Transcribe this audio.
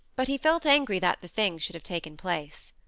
but he felt angry that the thing should have taken place.